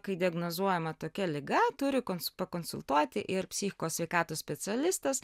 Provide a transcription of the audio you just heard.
kai diagnozuojama tokia liga turi kons pakonsultuoti ir psichikos sveikatos specialistas